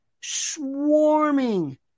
swarming